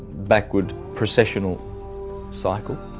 backward precessional cycle